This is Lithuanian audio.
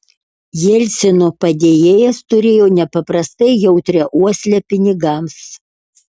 jelcino padėjėjas turėjo nepaprastai jautrią uoslę pinigams